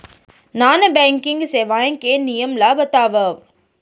Non banking सेवाएं के नियम ला बतावव?